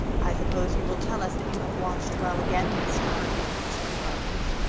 i suppose you will tell us that you have watched well again this time, said the brothers.